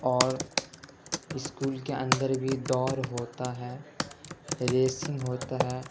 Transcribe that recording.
اور اسکول کے اندر بھی دور ہوتا ہے ریسنگ ہوتا ہے